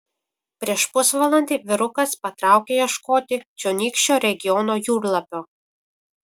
prieš pusvalandį vyrukas patraukė ieškoti čionykščio regiono jūrlapio